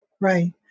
Right